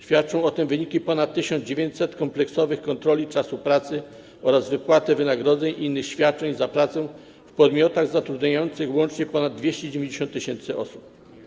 Świadczą o tym wyniki ponad 1900 kompleksowych kontroli czasu pracy oraz wypłaty wynagrodzeń innych świadczeń za pracę w podmiotach zatrudniających łącznie ponad 290 tys. osób.